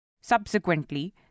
Subsequently